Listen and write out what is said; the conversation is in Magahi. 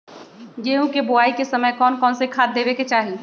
गेंहू के बोआई के समय कौन कौन से खाद देवे के चाही?